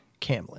Camlin